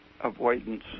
avoidance